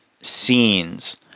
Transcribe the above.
scenes